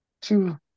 two